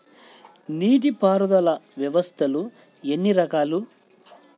నీటిపారుదల వ్యవస్థలు ఎన్ని రకాలు?